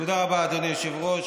תודה רבה, אדוני היושב-ראש.